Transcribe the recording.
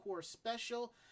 Special